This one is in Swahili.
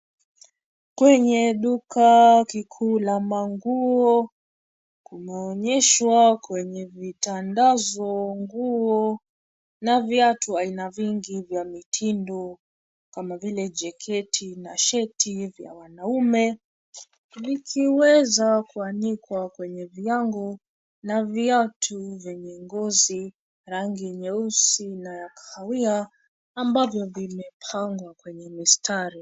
Kwenye duka kikuu la manguo; kunaonyeshwa kwenye vitandazo nguo na viatu aina vingi na mitindo kama vile jaketi na shati vya wanaume. Vikiweza kuanikwa kwenye viango na viatu vyenye ngozi, rangi nyeusi na kahawia ambavyo vimepangwa kwenye mistari.